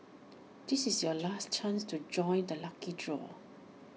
this is your last chance to join the lucky draw